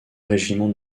régiment